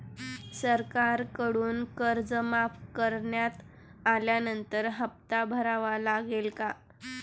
सरकारकडून कर्ज माफ करण्यात आल्यानंतर हप्ता भरावा लागेल का?